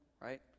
right